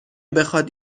بخواد